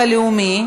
הצבעת.